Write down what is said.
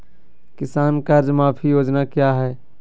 किसान कर्ज माफी योजना क्या है?